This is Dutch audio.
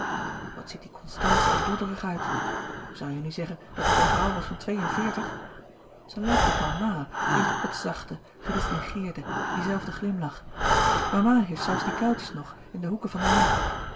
wat ziet die constance er dodderig uit zoû je nu zeggen dat dat een vrouw was van twee-en-veertig ze lijkt op mama die heeft ook dat zachte gedistingeerde dien zelfden glimlach mama heeft zelfs die kuiltjes nog in de hoeken van den mond